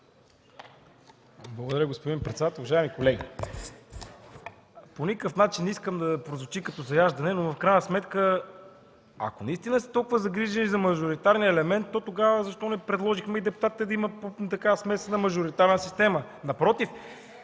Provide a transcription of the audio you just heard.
Благодаря, господин председател. Уважаеми колеги, по никакъв начин не искам да прозвучи като заяждане, но в крайна сметка, ако наистина сте токова загрижени за мажоритарния елемент, то тогава защо не предложихме и депутатите да имат смесена мажоритарна система? Не ми